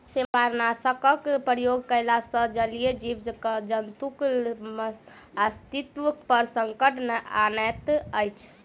सेमारनाशकक प्रयोग कयला सॅ जलीय जीव जन्तुक अस्तित्व पर संकट अनैत अछि